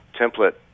template